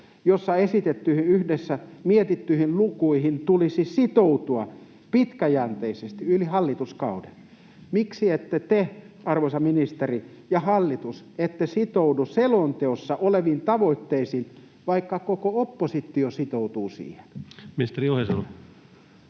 jossa esitettyihin, yhdessä mietittyihin lukuihin tulisi sitoutua pitkäjänteisesti yli hallituskauden. Miksi te, arvoisa ministeri ja hallitus, ette sitoudu selonteossa oleviin tavoitteisiin, vaikka koko oppositio sitoutuu siihen? [Speech